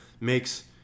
makes